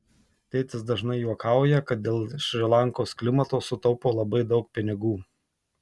tėtis dažnai juokauja kad dėl šri lankos klimato sutaupo labai daug pinigų